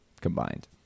combined